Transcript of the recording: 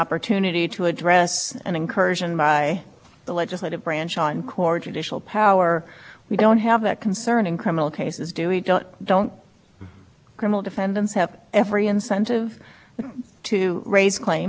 crime itself is the supreme court has said that depends on how we read hearing because article three which you've cited many times does not have an exception for military commissions so under the plain language of article three you have a great case we have kiran creates an a textual